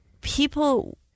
people